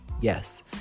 yes